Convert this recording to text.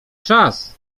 czas